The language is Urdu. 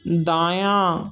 دایاں